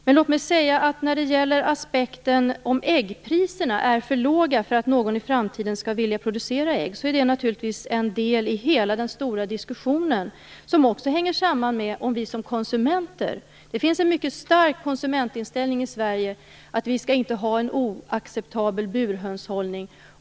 Men när det gäller frågan om äggpriserna är för låga för att någon i framtiden skall vilja producera ägg är det naturligtvis en del av hela den stora diskussionen om burhöns. Det finns en mycket stark konsumentinställning i Sverige att vi inte skall ha en oacceptabel burhönshållning.